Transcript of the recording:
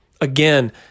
Again